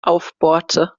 aufbohrte